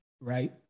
right